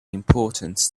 importance